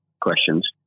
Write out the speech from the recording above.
questions